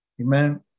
Amen